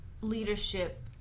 leadership